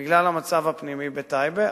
בגלל המצב הפנימי בטייבה.